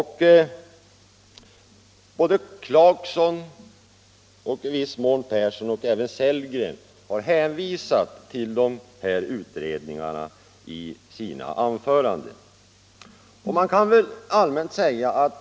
Herr Clarkson och i viss mån även herrar Persson i Heden och Sellgren har hänvisat till dessa utredningar i sina anföranden.